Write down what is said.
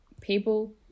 people